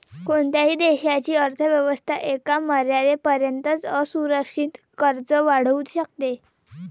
कोणत्याही देशाची अर्थ व्यवस्था एका मर्यादेपर्यंतच असुरक्षित कर्ज वाढवू शकते